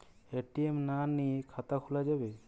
ATM না নিয়ে খাতা খোলা যাবে?